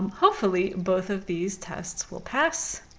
hopefully both of these tests will pass,